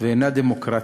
ואינה דמוקרטית.